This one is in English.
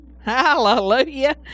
Hallelujah